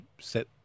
set